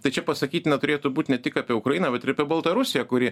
tai čia pasakytina turėtų būt ne tik apie ukrainą bet ir apie baltarusiją kuri